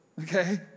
okay